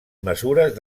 mesures